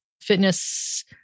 fitness